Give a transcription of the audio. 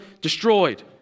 destroyed